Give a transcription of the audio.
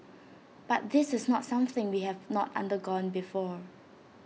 but this is not something that we have not undergone before